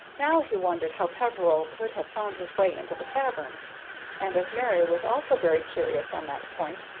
now he wondered how peveril could have found his way into the cavern and as mary was also very curious on that point,